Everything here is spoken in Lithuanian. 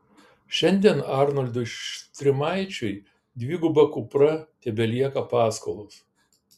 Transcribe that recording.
šiandien arnoldui štrimaičiui dviguba kupra tebelieka paskolos